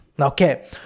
okay